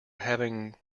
having